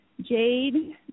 jade